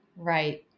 right